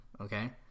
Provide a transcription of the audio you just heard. okay